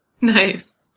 Nice